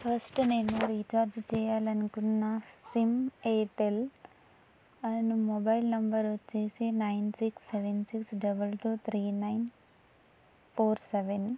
first నేను recharge చేయాలి అనుకున్న SIM Airtel and mobile number వచ్చి nine six seven six double two three nine four seven